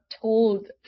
told